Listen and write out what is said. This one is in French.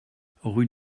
rue